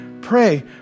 pray